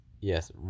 Yes